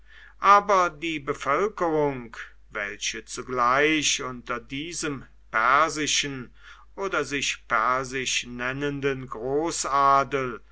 aber die bevölkerung welche zugleich unter diesem persischen oder sich persisch nennenden